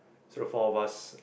so the four of us